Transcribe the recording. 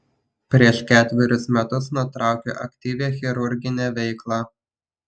prieš ketverius metus nutraukiau aktyvią chirurginę veiklą